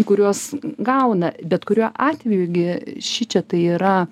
kuriuos gauna bet kuriuo atveju gi šičia tai yra